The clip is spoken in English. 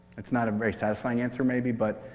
it's not a very satisfying answer, maybe but,